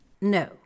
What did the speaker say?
No